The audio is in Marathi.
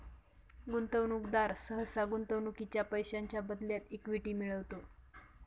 गुंतवणूकदार सहसा गुंतवणुकीच्या पैशांच्या बदल्यात इक्विटी मिळवतो